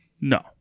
No